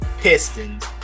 Pistons